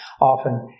often